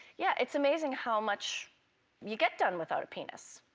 yeah, it's amazing how much you get done without a penis.